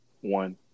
one